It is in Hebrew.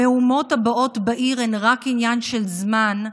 המהומות הבאות בעיר הן רק עניין של זמן,